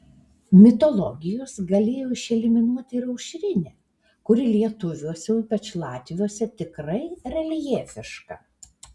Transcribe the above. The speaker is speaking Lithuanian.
mitologijos galėjo išeliminuoti ir aušrinę kuri lietuviuose o ypač latviuose tikrai reljefiška